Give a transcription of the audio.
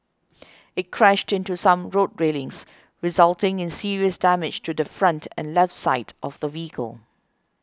it crashed into some road railings resulting in serious damage to the front and left side of the vehicle